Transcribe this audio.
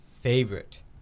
favorite